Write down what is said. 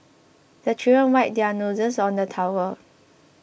the children wipe their noses on the towel